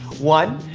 one,